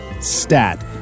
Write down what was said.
stat